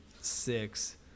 six